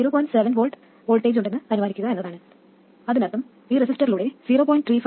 7 V voltage ഉണ്ടെന്ന് അനുമാനിക്കുക എന്നതാണ് അതിനർത്ഥം ഈ റെസിസ്റ്ററിലൂടെ 0